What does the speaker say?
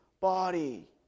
body